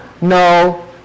no